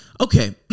okay